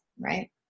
right